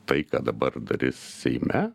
tai ką dabar seime